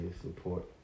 support